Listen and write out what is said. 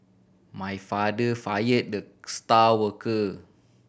my father fire the star worker